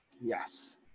yes